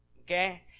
Okay